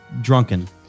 drunken